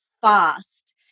fast